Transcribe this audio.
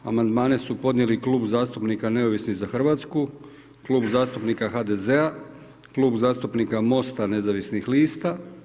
Amandmane su podnijeli klub zastupnika Neovisni za Hrvatsku, Klub zastupnika HDZ-a, Klub zastupnika MOST-a nezavisnih lista.